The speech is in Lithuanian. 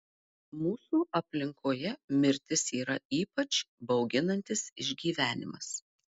mūsų aplinkoje mirtis yra ypač bauginantis išgyvenimas